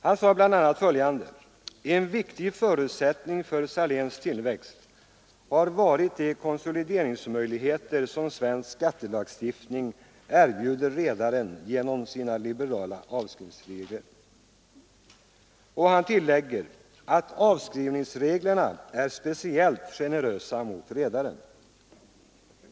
Han sade bl.a. följande: ”En viktig förutsättning för Saléns tillväxt har varit de konsolideringsmöjligheter som svensk skattelagstiftning erbjuder redaren genom sina liberala avskrivningsregler.” Han tillade att avskrivningsreglerna är speciellt generösa för redaren.